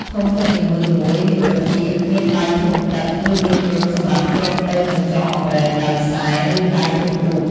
ធុងទឹកនីមួយៗមានត្រចៀក មានដៃធុងទឹក ឬមានរន្ធសម្រាប់ភ្ជាប់ទៅនឹងចុងអម្រែកដោយខ្សែ ឬដែកទំពក់។